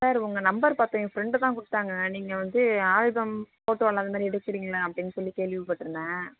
sir உங்கள் number பார்த்தேன் என் ஃப்ரெண்டு தான் கொடுத்தாங்க நீங்கள் வந்து ஆல்பம் ஃபோட்டோலாம் அதுமாதிரி எடுக்கறிங்கலாம் அப்படின்னு சொல்லி கேள்விப்பட்டிருந்தேன்